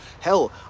Hell